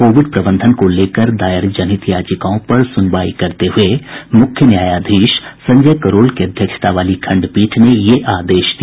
Covid प्रबंधन को लेकर दायर जनहित याचिकाओं पर सुनवाई करते हुए मुख्य न्यायाधीश संजय करोल की अध्यक्षता वाली खंडपीठ ने यह आदेश दिया